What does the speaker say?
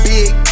Big